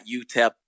UTEP